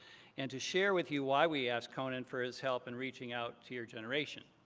and to share with you why we asked conan for his help in reaching out to your generation.